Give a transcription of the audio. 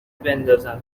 بندازم